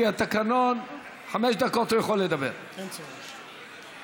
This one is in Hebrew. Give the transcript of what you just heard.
התקנון הוא יכול לדבר חמש דקות.